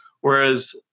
Whereas